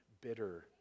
bitter